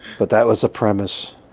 but that was the premise,